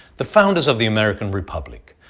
the founders of the american republic,